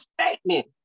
statement